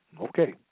Okay